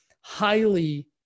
highly